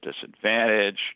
disadvantage